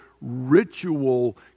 ritual